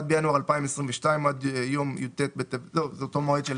בינואר 2022) עד יום י"א בטבת התשפ"ה,